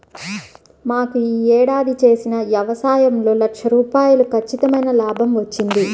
మాకు యీ ఏడాది చేసిన యవసాయంలో లక్ష రూపాయలు ఖచ్చితమైన లాభం వచ్చింది